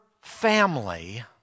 family